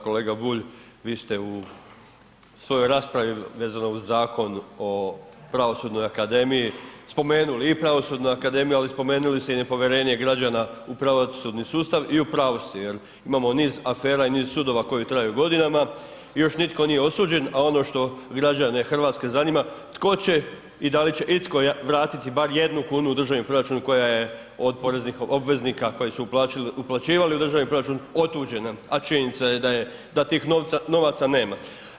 Kolega Bulj, vi ste u svojoj raspravi vezano uz Zakon o pravosudnoj akademiji spomenuli i Pravosudnu akademiju ali spomenuli ste i nepovjerenje građana u pravosudni sustav i upravu ste jer imamo niz afera i niz sudova koji traju godinama i još nitko nije osuđen a ono što građane Hrvatske zanima, tko će i da li će itko vratiti bar jednu kunu u državni proračun koja je od poreznih obveznika koji uplaćivali u državni proračun otuđen a činjenica je da da tih novaca nema.